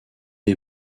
est